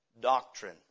doctrine